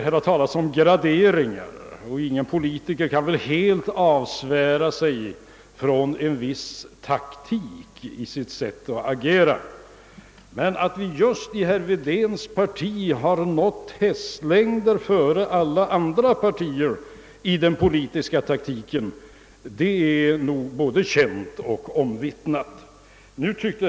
Det har talats om graderingar, och ingen politiker kan väl helt avsvära sig taktiska hänsyn i sitt sätt att agera. Men att just herr Wedéns parti nått hästlängder före alla andra partier när det gäller politisk taktik är nog både känt och omvittnat.